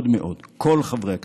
מאוד מאוד, כל חברי הכנסת.